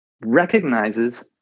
recognizes